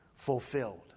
fulfilled